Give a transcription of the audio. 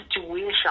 situation